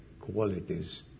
qualities